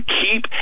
keep